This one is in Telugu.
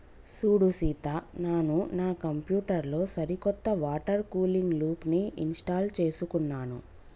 సూడు సీత నాను నా కంప్యూటర్ లో సరికొత్త వాటర్ కూలింగ్ లూప్ని ఇంస్టాల్ చేసుకున్నాను